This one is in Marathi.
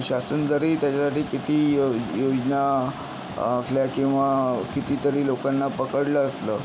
शासन जरी त्याच्यासाठी किती य योजना आखल्या किंवा कितीतरी लोकांना पकडलं असलं